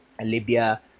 Libya